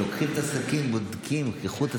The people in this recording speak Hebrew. לוקחים את הסכין ובודקים כחוט השערה,